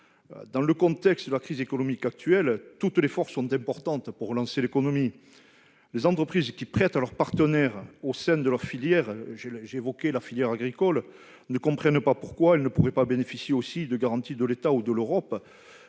faire face à la crise actuelle, toutes les forces comptent pour relancer l'économie. Les entreprises qui prêtent à leurs partenaires au sein de leur filière- j'ai fait référence à la filière agricole -ne comprennent pas pourquoi elles ne pourraient pas bénéficier aussi de garanties de l'État, ou de l'Europe